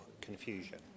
confusion